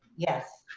yes.